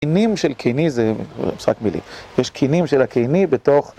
קינים של קיני זה, משחק מילים, יש קינים של הקיני בתוך